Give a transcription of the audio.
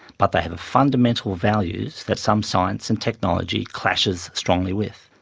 but they have fundamental values that some science and technology clashes strongly with,